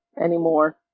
anymore